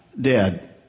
dead